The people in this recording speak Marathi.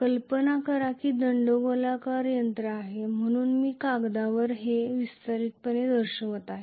कल्पना करा की हे दंडगोलाकार यंत्र आहे म्हणून मी कागदावर हे विस्तारितपणे दर्शवित आहे